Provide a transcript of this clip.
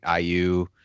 IU